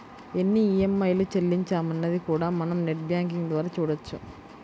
ఎన్ని ఈఎంఐలు చెల్లించామన్నది కూడా మనం నెట్ బ్యేంకింగ్ ద్వారా చూడొచ్చు